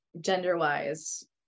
gender-wise